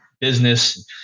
business